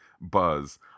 buzz